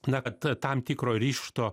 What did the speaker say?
na kad tam tikro ryžto